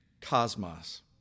cosmos